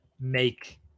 make